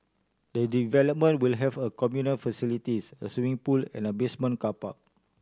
the development will have a communal facilities a swimming pool and a basement car park